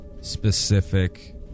specific